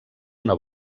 una